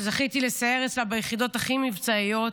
שזכיתי לסייר אצלה ביחידות הכי מבצעיות,